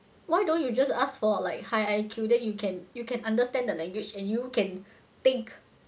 why don't you just ask for like high I_Q then you can you can understand the language and you can think